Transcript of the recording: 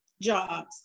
jobs